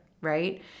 Right